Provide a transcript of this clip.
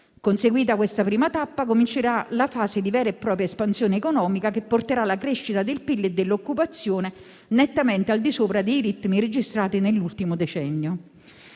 Conseguita questa prima tappa, comincerà la fase di vera e propria espansione economica, che porterà la crescita del PIL e dell'occupazione nettamente al di sopra dei ritmi registrati nell'ultimo decennio.